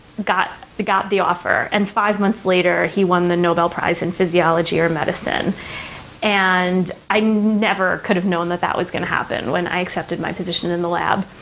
got the got the offer. and five months later he won the nobel prize in physiology or medicine and i never could have known that that was going to happen when i accepted my position in the lab.